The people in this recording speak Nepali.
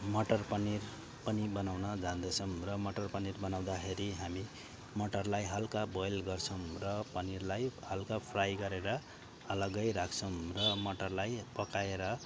मटर पनिर पनि बनाउन जान्दछौँ र मटर पनिर बनाउँदाखेरि हामी मटरलाई हल्का बोइल गर्छौँ र पनिरलाई हल्का फ्राई गरेर अलग्गै राख्छौँ र मटरलाई पकाएर